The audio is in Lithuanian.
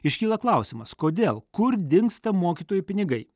iškyla klausimas kodėl kur dingsta mokytojų pinigai